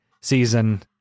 season